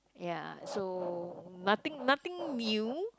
ya so nothing nothing new